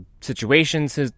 situations